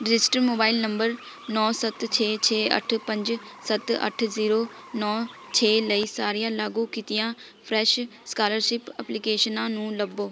registered mobile number ਨੌ ਸੱਤ ਛੇ ਛੇ ਅੱਠ ਪੰਜ ਸੱਤ ਅੱਠ ਜ਼ੀਰੋ ਨੌ ਛੇ ਲਈ ਸਾਰੀਆਂ ਲਾਗੂ ਕੀਤੀਆਂ ਫਰੈੱਸ਼ ਸਕਾਲਰਸ਼ਿਪ ਐਪਲੀਕੇਸ਼ਨਾਂ ਨੂੰ ਲੱਭੋ